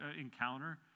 encounter